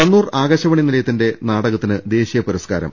കണ്ണൂർ ആകാശവാണി നിലയത്തിന്റെ നാട്ടകത്തിന് ദേശീയ പുരസ്കാരം